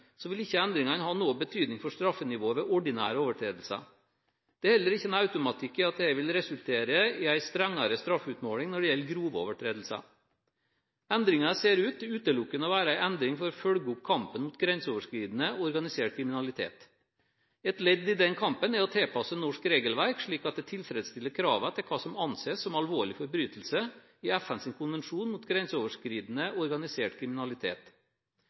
vil ikke endringene ha noen betydning for straffenivået ved ordinære overtredelser. Det er heller ikke noen automatikk i at det vil resultere i en strengere straffeutmåling når det gjelder grove overtredelser. Endringen ser ut til utelukkende å være en endring for å følge opp kampen mot grenseoverskridende organisert kriminalitet. Et ledd i den kampen er å tilpasse norsk regelverk slik at det tilfredsstiller kravet til hva som anses som alvorlig forbrytelse i FNs konvensjon mot grenseoverskridende organisert kriminalitet.